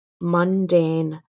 mundane